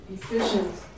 decisions